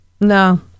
No